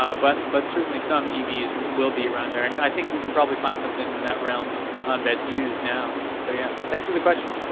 ah but but certainly some evs will be around there, and i think you can probably find something in that realm that's used now. so yeah thanks for the question.